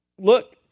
Look